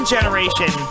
Generation